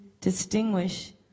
distinguish